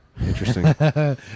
interesting